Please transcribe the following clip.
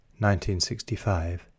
1965